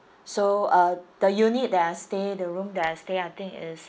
so uh the unit that I stay the room that I stay I think is